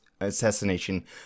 assassination